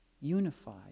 unified